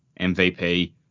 MVP